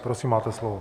Prosím, máte slovo.